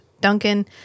Duncan